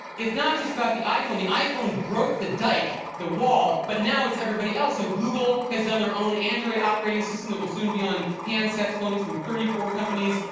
its not just about the iphone. the iphone broke the dyke, the wall. but now it's everybody else. so google has done their own android operating system that will soon be on handsets phones from thirty four companies.